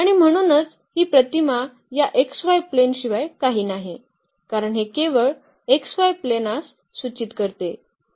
आणि म्हणूनच ही प्रतिमा या xy प्लेन शिवाय काही नाही कारण हे केवळ xy प्लेनास सूचित करते